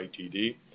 ITD